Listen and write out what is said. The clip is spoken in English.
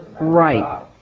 Right